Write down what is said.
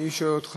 אני שואל אותך,